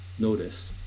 notice